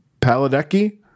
paladecki